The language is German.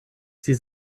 sie